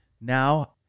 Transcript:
now